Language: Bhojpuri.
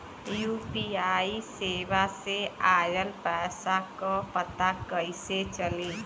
यू.पी.आई सेवा से ऑयल पैसा क पता कइसे चली?